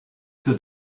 für